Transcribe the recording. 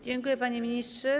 Dziękuję, panie ministrze.